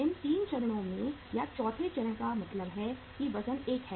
इन 3 चरणों में या चौथे चरण का मतलब है कि वजन 1 है